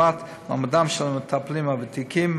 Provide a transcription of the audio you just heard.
דוגמת מעמדם של המטפלים הוותיקים,